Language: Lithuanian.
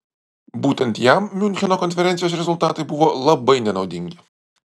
būtent jam miuncheno konferencijos rezultatai buvo labai nenaudingi